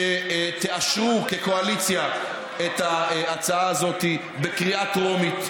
שתאשרו כקואליציה את ההצעה הזאת בקריאה טרומית.